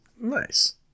Nice